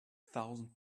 thousand